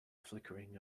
flickering